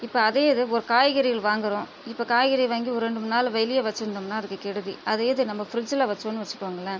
இப்போ அதே இது ஒரு காய்கறிகள் வாங்குறோம் இப்பொ காய்கறி வாங்கி ஒரு ரெண்டு மூணு நாள் வெளியே வச்சுருந்தோம்னா அதுக்கு கெடுதி அதை இது நம்ம ஃப்ரிட்ஜில் வச்சோம்னு வச்சுக்கோங்களேன்